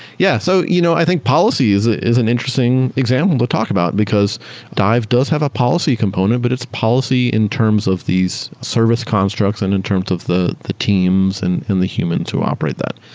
yeah so you know i think policy is ah is an interesting example to talk about, because dive does have a policy component, but its policy in terms of these service constructs and in terms of the the teams and the humans who operate that.